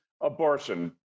abortion